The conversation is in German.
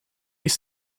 ist